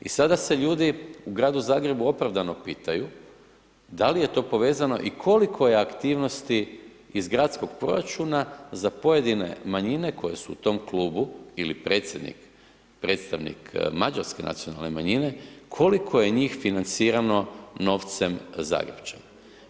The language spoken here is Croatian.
I sada se ljudi u Gradu Zagrebu opravdano pitaju da li je to povezano i koliko je aktivnosti iz gradskog proračuna za pojedine manjine koje su u tom klubu ili predsjednik, predstavnik Mađarske nacionalne manjine koliko je njih financirano novcem Zagrepčana.